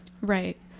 Right